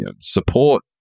support